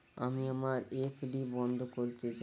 আমি আমার এফ.ডি বন্ধ করতে চাই